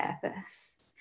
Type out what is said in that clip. purpose